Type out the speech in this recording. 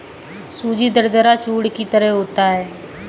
सूजी दरदरा चूर्ण की तरह होता है